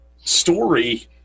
story